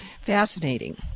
Fascinating